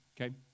okay